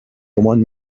گمان